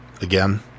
again